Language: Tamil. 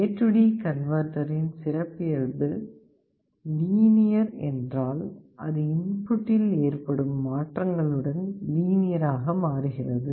AD கன்வெர்ட்டரின் சிறப்பியல்பு லீனியர் என்றால் அது இன்புட்டில் ஏற்படும் மாற்றங்களுடன் லீனியர் ஆக மாறுகிறது